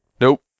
nope